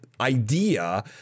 idea